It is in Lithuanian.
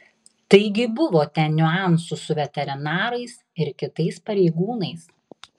taigi buvo ten niuansų su veterinarais ir kitais pareigūnais